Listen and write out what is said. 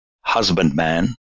husbandman